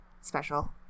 special